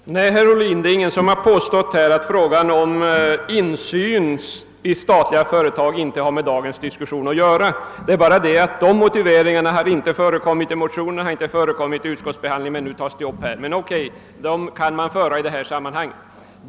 Herr talman! Nej, herr Ohlin, det är ingen som här har påstått att frågan om insyn i statliga företag inte har med dagens debatt att göra. Det är bara det att dessa motiveringar inte förekommer i motionen och inte anförts under utskottsbehandlingen utan förs fram just nu. Men O.K. — de kan föras in i sammanhanget.